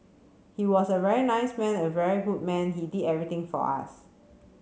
he was a very nice man a very good man he did everything for us